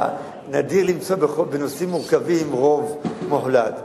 ונדיר למצוא בנושאים מורכבים רוב מוחלט.